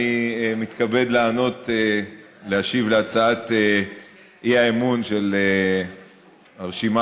אני מתכבד להשיב על הצעת האי-אמון של הרשימה